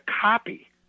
copy